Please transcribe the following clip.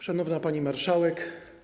Szanowna Pani Marszałek!